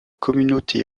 communauté